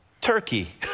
Turkey